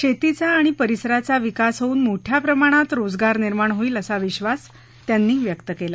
शेतीचा आणि परिसराचा विकास होऊन मोठ्या प्रमाणात रोजगार निर्माण होईल असा विश्वास मुख्यमंत्र्यांनी व्यक्त केला